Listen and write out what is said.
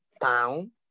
town